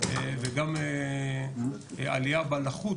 וגם עליה בלחות,